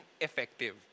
effective